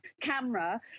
camera